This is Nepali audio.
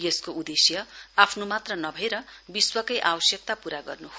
यसको उदेश्य आफ्नो मात्र नभएर विश्वकै आवश्यकता पूरा गर्न् हो